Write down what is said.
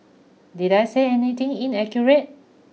did I say anything inaccurate